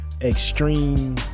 extreme